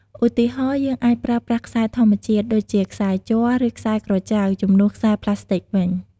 ឧទាហរណ៍ យើងអាចប្រើប្រាស់ខ្សែធម្មជាតិ ដូចជាខ្សែជ័រ ឬខ្សែក្រចៅ ជំនួសខ្សែប្លាស្ទិកវិញ។